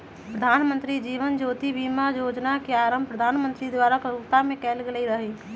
प्रधानमंत्री जीवन ज्योति बीमा जोजना के आरंभ प्रधानमंत्री द्वारा कलकत्ता में कएल गेल रहइ